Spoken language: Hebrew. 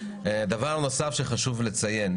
דבר נוסף שחשוב לציין,